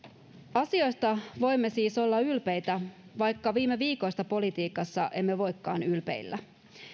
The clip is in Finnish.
asioista voimme siis olla ylpeitä vaikka viime viikoista politiikassa emme voikaan ylpeillä